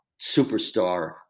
superstar